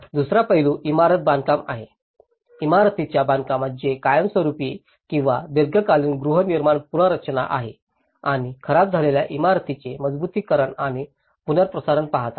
दुसरा पैलू इमारत बांधकाम आहे इमारतीच्या बांधकामात जे कायमस्वरुपी किंवा दीर्घकालीन गृहनिर्माण पुनर्रचना आणि खराब झालेल्या इमारतींचे मजबुतीकरण आणि पुनर्प्रसारण पाहतात